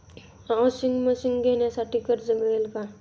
Washing machine घेण्यासाठी कर्ज मिळेल का?